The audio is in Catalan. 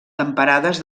temperades